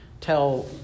tell –